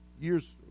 years